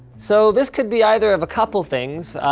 so, this could be either of a couple things.